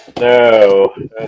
No